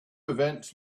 events